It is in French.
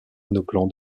monoplan